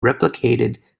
replicated